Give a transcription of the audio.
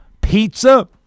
pizza